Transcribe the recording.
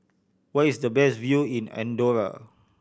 where is the best view in Andorra